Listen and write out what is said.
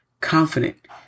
confident